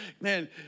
man